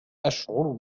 أشعر